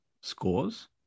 scores